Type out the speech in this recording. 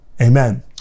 amen